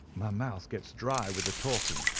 my mouth gets dry with the talking.